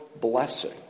blessing